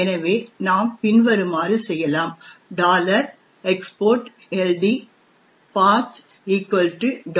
எனவே நாம் பின்வருமாறு செய்யலாம் export LD path